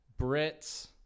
Brits